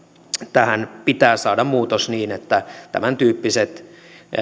tähän pitää saada muutos niin että tämäntyyppiset